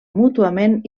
mútuament